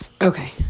Okay